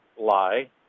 lie